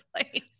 place